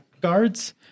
guards